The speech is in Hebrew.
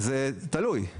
זה תלוי.